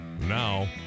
Now